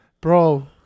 bro